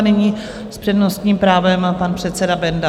Nyní s přednostním právem pan předseda Benda.